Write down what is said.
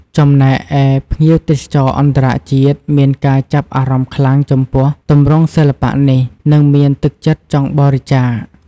ចំណែកឯ ភ្ញៀវទេសចរអន្តរជាតិមានការចាប់អារម្មណ៍ខ្លាំងចំពោះទម្រង់សិល្បៈនេះ និងមានទឹកចិត្តចង់បរិច្ចាគ។